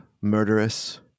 murderous